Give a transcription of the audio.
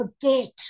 forget